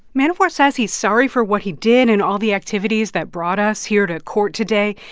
manafort says he's sorry for what he did and all the activities that brought us here to court today.